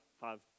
five